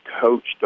coached